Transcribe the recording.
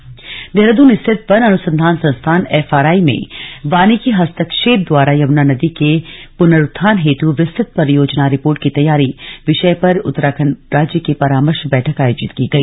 FRI बैठक देहरादून स्थित वन अनुसंधान संस्थान एफआरआई में वानिकी हस्तक्षेप द्वारा यमुना नदी के पुनरुत्थान हेतु विस्तृत परियोजना रिपोर्ट की तैयारी विषय पर उत्तराखण्ड राज्य की परामर्श बैठक आयोजित की गई